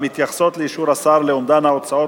המתייחסות לאישור השר לאומדן ההוצאות